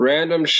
Random